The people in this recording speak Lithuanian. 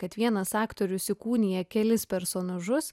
kad vienas aktorius įkūnija kelis personažus